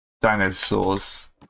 dinosaurs